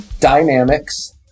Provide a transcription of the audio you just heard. Dynamics